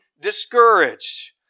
discouraged